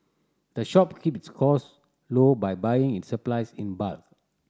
the shop keep its cost low by buying its supplies in bulk